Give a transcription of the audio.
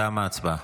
תמה ההצבעה.